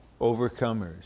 overcomers